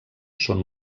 són